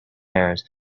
errors